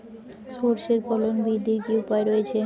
সর্ষের ফলন বৃদ্ধির কি উপায় রয়েছে?